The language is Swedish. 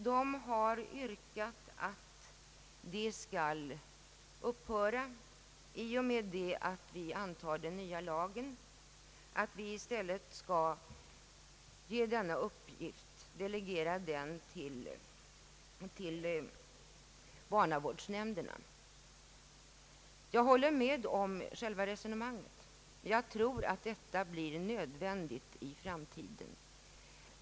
De har yrkat att detta skall upphöra i och med att den nya lagen blir antagen och att uppgifterna i fråga skall delegeras till barnavårdsnämnden. Jag håller med om själva resonemanget och tror att detta blir nödvändigt i framtiden.